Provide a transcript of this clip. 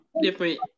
different